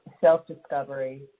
self-discovery